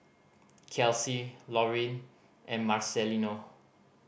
Kelsey Lorin and Marcelino